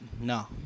no